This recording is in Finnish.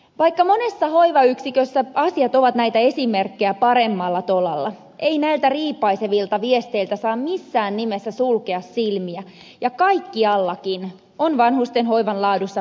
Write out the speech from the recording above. vaikka monessa hoivayksikössä asiat ovat näitä esimerkkejä paremmalla tolalla ei näiltä riipaisevilta viesteiltä saa missään nimessä sulkea silmiä ja kaikkialla on vanhustenhoivan laadussa parantamistarvetta